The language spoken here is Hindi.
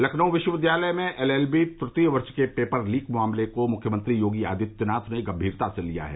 लखनऊ विश्वविद्यालय में एल एल बी तृतीय वर्ष के पेपर लीक मामले को मुख्यमंत्री योगी आदित्यनाथ ने गंमीरता से लिया है